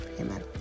amen